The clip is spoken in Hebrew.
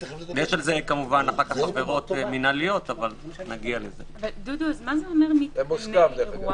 מה זה אומר, מתקני אירוח?